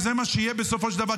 וזה מה שיהיה בסופו של דבר,